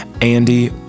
Andy